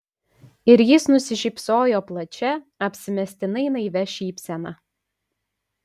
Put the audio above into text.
ir jis nusišypsojo plačia apsimestinai naivia šypsena